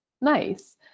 nice